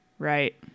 Right